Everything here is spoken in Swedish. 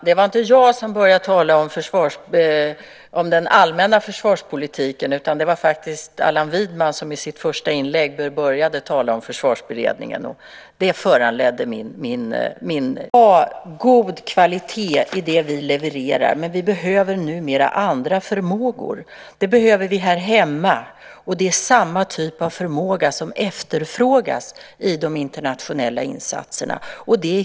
Herr talman! Vi ska ha god kvalitet i det som vi levererar, men vi behöver numera andra förmågor. Det behöver vi här hemma, och det är samma typ av förmåga som efterfrågas i de internationella insatserna.